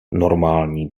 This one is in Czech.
normální